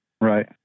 Right